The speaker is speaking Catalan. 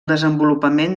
desenvolupament